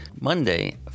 Monday